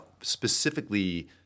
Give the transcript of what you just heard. specifically